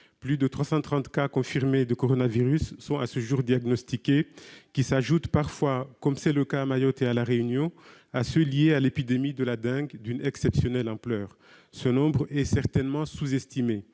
plus de 330 cas confirmés de coronavirus sont à ce jour diagnostiqués, qui s'ajoutent parfois, comme c'est le cas à Mayotte et à La Réunion, à ceux liés à l'épidémie de dengue, d'une exceptionnelle ampleur. Ce nombre est certainement sous-estimé.